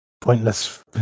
pointless